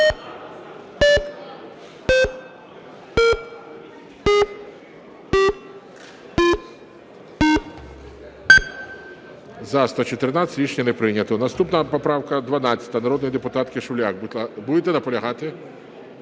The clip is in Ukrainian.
За-114 Рішення не прийнято. Наступна поправка 12 народної депутатки Шуляк. Будете наполягати?